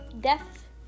death